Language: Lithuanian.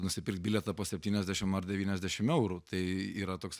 nusipirkt bilietą po septyniasdešim ar devyniasdešim eurų tai yra toks